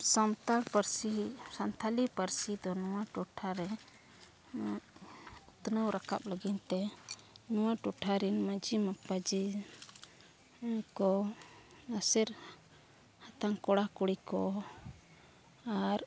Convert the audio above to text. ᱥᱟᱱᱛᱟᱲ ᱯᱟᱹᱨᱥᱤ ᱥᱟᱱᱛᱟᱲᱤ ᱯᱟᱹᱨᱥᱤ ᱫᱚ ᱱᱚᱣᱟ ᱴᱚᱴᱷᱟ ᱨᱮ ᱩᱛᱱᱟᱹᱣ ᱨᱟᱠᱟᱵ ᱞᱟᱹᱜᱤᱫ ᱛᱮ ᱱᱚᱣᱟ ᱴᱚᱴᱷᱟᱨᱮᱱ ᱢᱟᱺᱡᱷᱤᱼᱢᱟᱯᱟᱡᱷᱤ ᱠᱚ ᱞᱟᱥᱮᱨ ᱦᱟᱛᱟᱝ ᱠᱚᱲᱟᱼᱠᱩᱲᱤ ᱠᱚ ᱟᱨ